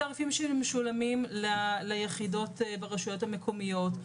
התעריפים שמשולמים ליחידות ברשויות המקומיות,